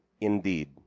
indeed